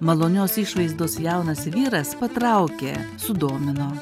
malonios išvaizdos jaunas vyras patraukė sudomino